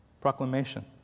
Proclamation